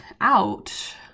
out